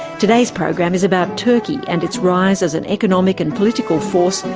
today's program is about turkey and its rise as an economic and political force,